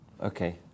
Okay